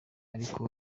ariko